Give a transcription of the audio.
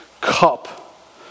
cup